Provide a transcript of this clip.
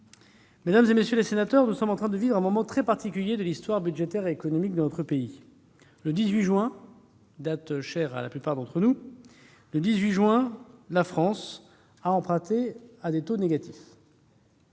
Mesdames, messieurs les sénateurs, nous sommes en train de vivre un moment très particulier de notre histoire budgétaire et économique. Le 18 juin- date chère à la plupart d'entre nous -, la France a emprunté à des taux négatifs.